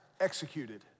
executed